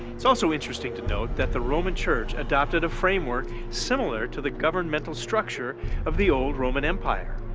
it's also interesting to note that the roman church adopted a framework similar to the governmental structure of the old roman empire.